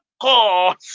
God